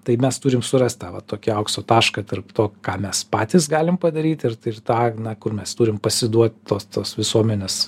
tai mes turim surast tą va tokį aukso tašką tarp to ką mes patys galim padaryt ir tą na kur mes turim pasiduot tos tos visuomenės